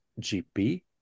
GP